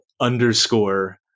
underscore